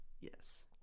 Yes